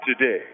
today